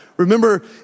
Remember